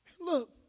Look